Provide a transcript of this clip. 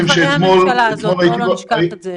נכון.